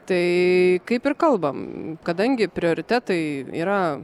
tai kaip ir kalbam kadangi prioritetai yra